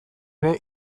ere